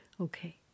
Okay